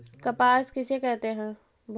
कपास किसे कहते हैं?